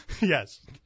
Yes